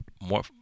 more